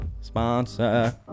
Sponsor